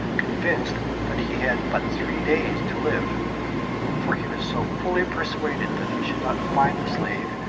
convinced that he had but three days to live for he was so fully persuaded that he should not find the slave,